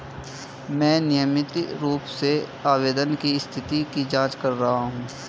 मैं नियमित रूप से आवेदन की स्थिति की जाँच कर रहा हूँ